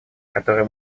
которые